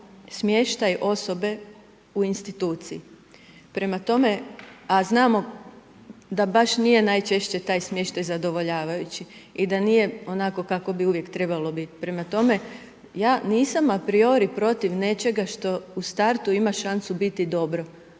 smještaj osobe u instituciji. Prema tome, a znamo, da baš nije najčešće taj smještaj zadovoljavajući i da nije onako kako bi uvijek treba biti. Prema tome, ja nisam apriori protiv nečega što u startu ima šansu biti dobro.